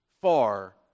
far